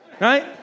Right